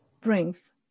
brings